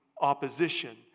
opposition